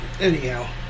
anyhow